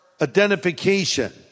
identification